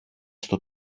στο